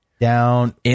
down